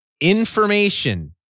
Information